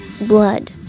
Blood